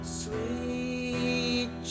sweet